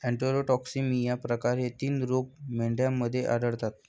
enterotoxaemia प्रकार हे तीन रोग मेंढ्यांमध्ये आढळतात